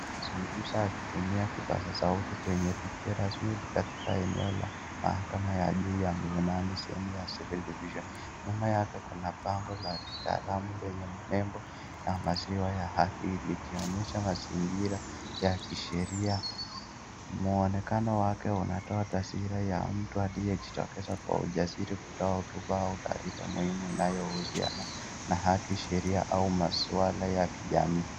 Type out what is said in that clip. Anazungumza akitumia kipaza sauti kwenye tukio rasmi katika eneo la Mahakama ya Juu la Milimani, sehemu ya Civil Division . Nyuma yake kuna bango la kitaalamu lenye nembo la maziwa ya haki likionyesha mazingira ya kisheria. Muonekano wake unatoa taswira ya mtu aliyejitokeza kwa ujasiri kutoa hotuba au taarifa muhimu inayohusiana na haki, sheria au maswala ya kijamii.